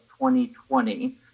2020